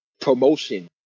Promotion